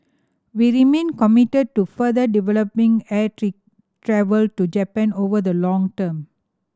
we remain committed to further developing air travel to Japan over the long term